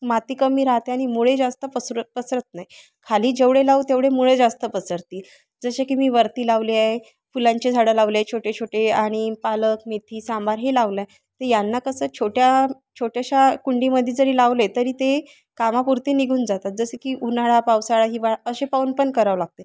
माती कमी राहते आणि मुळे जास्त पसर पसरत नाही खाली जेवढे लावू तेवढे मुळे जास्त पसरतील जसे की मी वरती लावली आहे फुलांचे झाडं लावले आहे छोटे छोटे आणि आणि पालक मेथी सांबार हे लावलं आहे तर यांना कसं छोट्या छोट्याशा कुंडीमध्ये जरी लावले तरी ते कामापुरते निघून जातात जसं की उन्हाळा पावसाळा हिवाळा असे पाहून पण करावे लागते